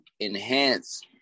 enhance